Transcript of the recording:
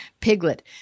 Piglet